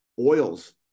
oils